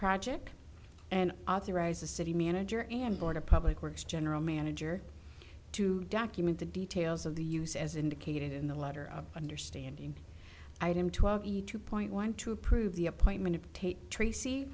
project and authorize the city manager and board a public works general manager to document the details of the use as indicated in the letter of understanding item twelve two point one to approve the appointment of tate tracey